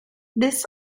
this